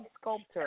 sculptor